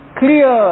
clear